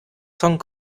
song